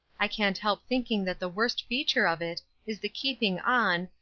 i can't help thinking that the worst feature of it is the keeping on,